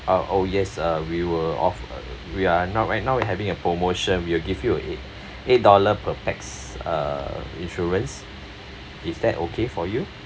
ah oh yes uh we were off uh we are now right now we are having a promotion we will give you a eight eight dollar per pax uh insurance is that okay for you